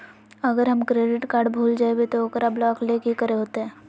अगर हमर credit card भूल जइबे तो ओकरा ब्लॉक लें कि करे होते?